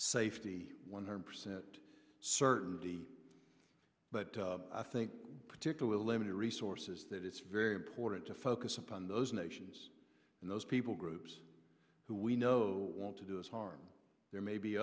safety one hundred percent certainty but i think particularly limited resources that it's very important to focus upon those nations and those people groups who we know want to do us harm there may be